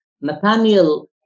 Nathaniel